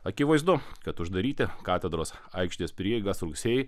akivaizdu kad uždaryti katedros aikštės prieigas rugsėjį